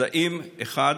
אז אחד,